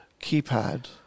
keypad